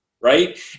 Right